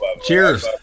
Cheers